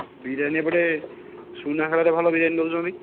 ବିରିୟାନି ଏପଟେ ସୁନାଖଳାରେ ଭଲ ବିରିୟାନି ଦେଉଛନ୍ତି